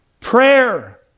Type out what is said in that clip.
Prayer